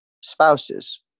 spouses